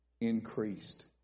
increased